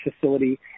facility